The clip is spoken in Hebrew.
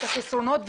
את החסרונות,